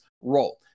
role